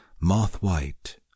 moth-white